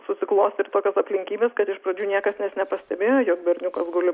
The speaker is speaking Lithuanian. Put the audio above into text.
susiklostė ir tokios aplinkybės kad iš pradžių niekas net nepastebėjo jog berniukas guli